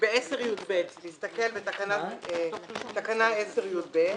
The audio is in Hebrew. בתקנה 10(יב).